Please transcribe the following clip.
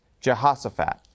Jehoshaphat